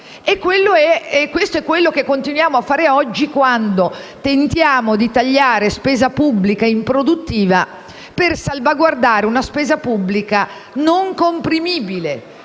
ed è ciò che continuiamo a fare oggi, quando tentiamo di tagliare spesa pubblica improduttiva per salvaguardare una spesa pubblica non comprimibile.